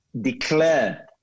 declare